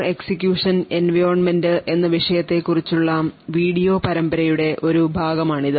secure execution environment എന്ന വിഷയത്തെ കുറിച്ചുള്ള വീഡിയോ പരമ്പരയുടെ ഒരു ഭാഗമാണിത്